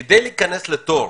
כדי להיכנס לתור